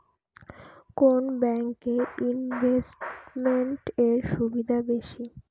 কোন ব্যাংক এ ইনভেস্টমেন্ট এর সুবিধা বেশি?